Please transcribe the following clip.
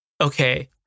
okay